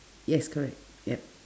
yes correct yup